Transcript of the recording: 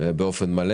באופן מלא.